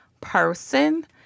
person